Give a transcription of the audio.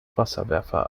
wasserwerfer